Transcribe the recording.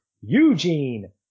eugene